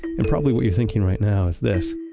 and probably what you're thinking right now is this